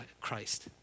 Christ